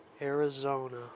Arizona